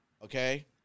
Okay